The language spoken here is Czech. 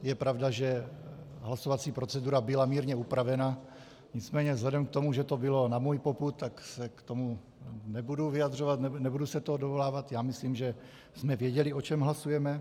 Je pravda, že hlasovací procedura byla mírně upravena, nicméně vzhledem k tomu, že to bylo na můj popud, tak se k tomu nebudu vyjadřovat, nebudu se toho dovolávat, myslím, že jsme věděli, o čem hlasujeme.